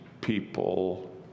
people